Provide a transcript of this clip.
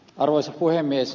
arvoisa puhemies